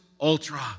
ultra